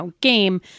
game